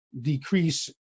decrease